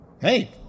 hey